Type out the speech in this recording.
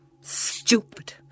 Stupid